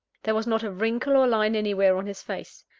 there was not a wrinkle or line anywhere on his face.